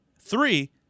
three